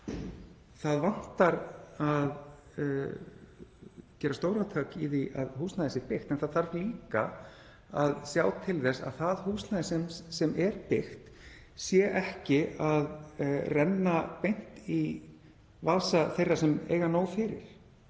Það vantar að gera stórátak í því að húsnæði sé byggt, en það þarf líka að sjá til þess að það húsnæði sem byggt er renni ekki beint í vasa þeirra sem eiga nóg fyrir,